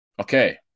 okay